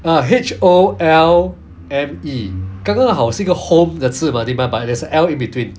ah H O L M E 刚刚好是一个 home 的字 mah 对 mah but there's a L in between